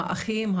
האחים,